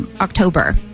October